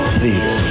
Theater